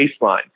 baseline